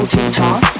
TikTok